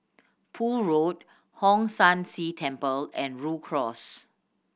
Poole Road Hong San See Temple and Rhu Cross